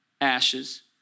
ashes